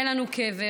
אין לנו קבר,